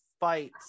fights